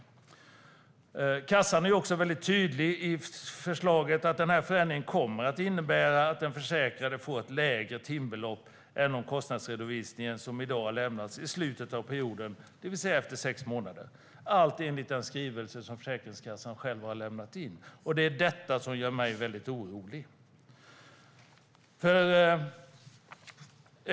Försäkringskassan är också i förslaget mycket tydlig med att den här förändringen kommer att innebära att den försäkrade får ett lägre timbelopp än om kostnadsredovisningen, som i dag, hade lämnats i slutet av perioden, det vill säga efter sex månader - allt enligt den skrivelse som Försäkringskassan själv har lämnat in. Det är detta som gör mig väldigt orolig.